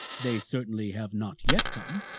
they certainly have not yet come.